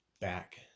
back